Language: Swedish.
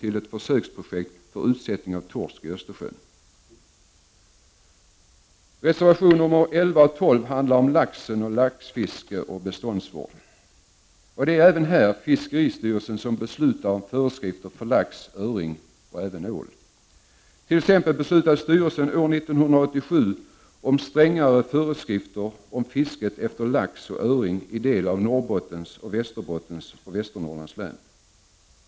till ett försöksprojekt för utsättning av torsk i Östersjön. Reservation 11 och 12 handlar om laxen, laxfiske och beståndsvård. Det är även här fiskeristyrelsen som beslutar om föreskrifter för lax, öring och ål. Styrelsen beslutade t.ex. år 1987 om strängare föreskrifter för fisket efter lax och öring i delar av Norrbottens län, Västerbottens län och Västernorrlands län.